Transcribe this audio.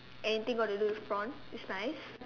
anything got to do with prawn is nice